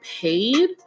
paid